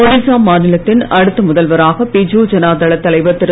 ஒடிசா மாநிலத்தின் அடுத்த முதல்வராக பிஜு ஜனதாதள தலைவர் திரு